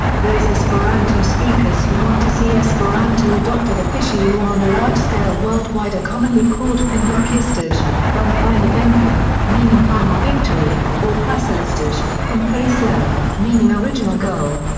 those esperanto speakers who want to see esperanto adopted officially or on a large scale worldwide are commonly called finvenkistoj, from fina venko, meaning final victory, or pracelistoj, from pracelo, so meaning original goal.